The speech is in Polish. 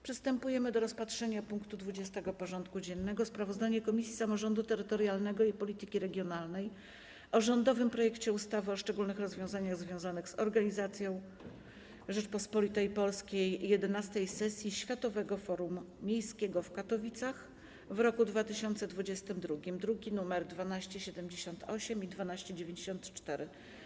Przystępujemy do rozpatrzenia punktu 20. porządku dziennego: Sprawozdanie Komisji Samorządu Terytorialnego i Polityki Regionalnej o rządowym projekcie ustawy o szczególnych rozwiązaniach związanych z organizacją w Rzeczypospolitej Polskiej XI sesji Światowego Forum Miejskiego w Katowicach w roku 2022 (druki nr 1278 i 1294)